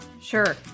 Sure